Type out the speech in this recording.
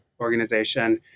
Organization